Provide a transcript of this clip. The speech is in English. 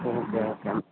okay okay